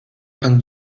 pan